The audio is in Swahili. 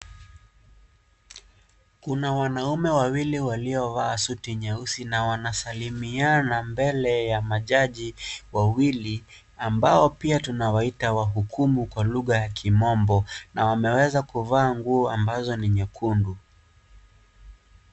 Kuna wanaume wawili waliovaa suti nyeusi, na wanasalimiana mbele ya majaji wawili ambao pia tunawaita wahukumu kwa lugha ya kimombo na wameweza kuvaa nguo ambazo ni nyekundu.